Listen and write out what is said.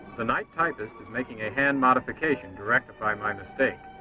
the night typist is making a hand modification to rectify my mistake.